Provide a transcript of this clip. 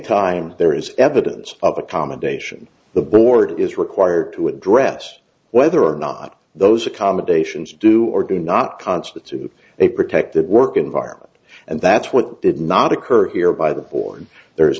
time there is evidence of accommodation the board is required to address whether or not those accommodations do or do not constitute a protected work environment and that's what did not occur here by the board there